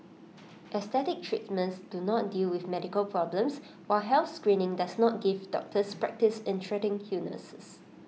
aesthetic treatments do not deal with medical problems while health screening does not give doctors practice in treating illnesses